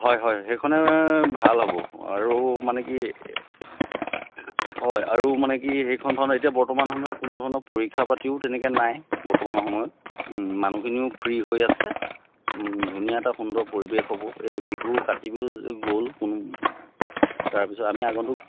হয় হয় সেইখনে ভাল হ'ব আৰু মানে কি হয় আৰু মানে কি সেইখন ভাওনা এতিয়া বৰ্তমান সময়ত কোনো ধৰণৰ পৰীক্ষা পাতিও তেনেকৈ নাই বৰ্তমান সময়ত মানুহখিনিও ফ্ৰী হৈ আছে ধুনীয়া এটা সুন্দৰ পৰিৱেশ হ'ব এই বিহু কাতি বিহু গ'ল তাৰ পিছত আমি আগন্তুক